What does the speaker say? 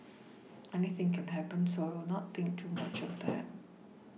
anything can happen so I will not think too much of that